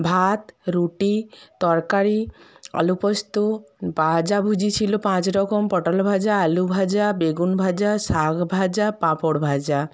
ভাত রুটি তরকারি আলুপস্তো ভাজাভুজি ছিলো পাঁচ রকম পটল ভাজা আলু ভাজা বেগুন ভাজা শাক ভাজা পাঁপড় ভাজা